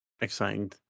Exciting